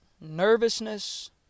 nervousness